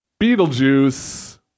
Beetlejuice